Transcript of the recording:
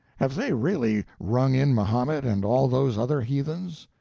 have they really rung in mahomet and all those other heathens?